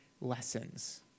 lessons